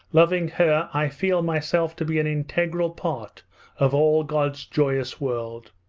loving her i feel myself to be an integral part of all god's joyous world.